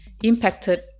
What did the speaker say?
impacted